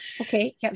okay